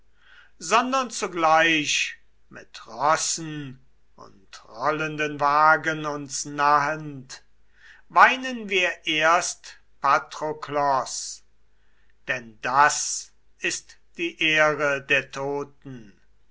sondern zugleich mit rossen und rollenden wagen uns nahend weinen wir erst patroklos denn das ist die ehre der toten